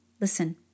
Listen